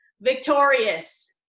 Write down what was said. Victorious